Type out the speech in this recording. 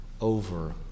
over